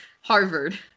Harvard